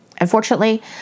unfortunately